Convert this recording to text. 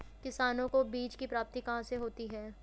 किसानों को बीज की प्राप्ति कहाँ से होती है?